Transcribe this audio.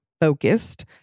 focused